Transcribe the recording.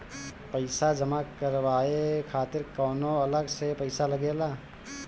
पईसा जमा करवाये खातिर कौनो अलग से पईसा लगेला?